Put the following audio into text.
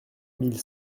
mille